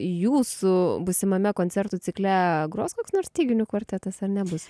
jūsų būsimame koncertų cikle gros koks nors styginių kvartetas ar nebus